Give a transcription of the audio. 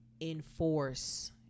enforce